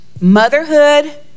motherhood